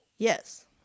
yes